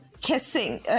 Kissing